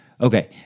Okay